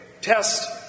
test